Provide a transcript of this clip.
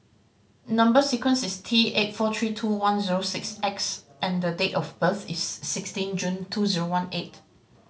number sequence is T eight four three two one zero six X and the date of birth is sixteen June two zero one eight